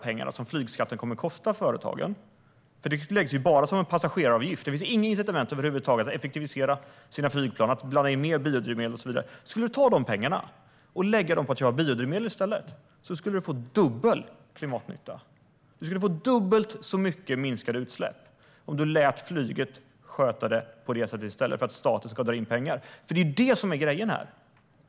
Men flygskatten läggs bara som en passageraravgift. Det finns inga incitament över huvud taget för att effektivisera flygplan, för att blanda in mer biodrivmedel och så vidare. Skulle man ta alla de pengar som flygskatten kommer att kosta företagen och lägga dem på att i stället köpa biodrivmedel skulle man få dubbel klimatnytta. Man skulle minska utsläppen med dubbelt så mycket om man låter flyget sköta det på det sättet, i stället för att staten ska dra in pengar. Det är det som är grejen här.